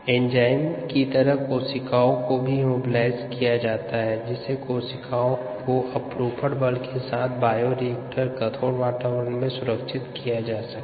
enzymes की तरह कोशिकाओं को भी इमोबिलाइज किया जा सकता है जिससे कोशिकाओं को अपरूपण बल के साथ बायोरिएक्टर कठोर वातावरण में सुरक्षित किया जा सके